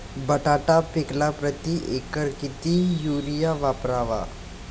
बटाटा पिकाला प्रती एकर किती युरिया वापरावा?